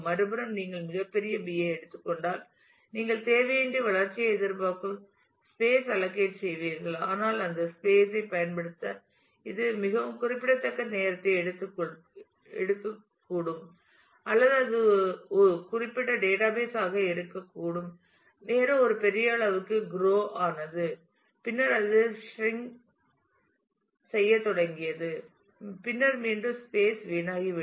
மறுபுறம் நீங்கள் மிகப் பெரிய B ஐ எடுத்துக் கொண்டால் நீங்கள் தேவையின்றி வளர்ச்சியை எதிர்பார்க்கும் ஸ்பேஸ் அலக்கேட் செய்வீர்கள் ஆனால் அந்த ஸ்பேஸ் ஐ பயன்படுத்த இது மிகவும் குறிப்பிடத்தக்க நேரத்தை எடுக்கக்கூடும் அல்லது அது குறிப்பிட்ட டேட்டாபேஸ் ஆக இருக்கக்கூடும் நேரம் ஒரு பெரிய அளவிற்கு குரு ஆனது பின்னர் அது சிறிங் தொடங்கியது பின்னர் மீண்டும் ஸ்பேஸ் வீணாகிவிடும்